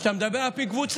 כשאתה מדבר על פי קבוצה,